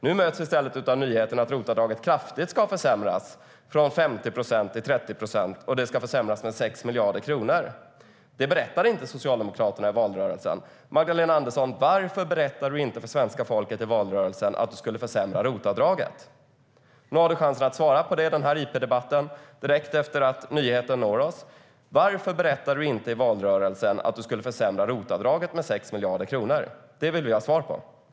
Nu möts vi av nyheten att ROT-avdraget ska försämras kraftigt, från 50 procent till 30 procent. Det ska försämras med 6 miljarder kronor.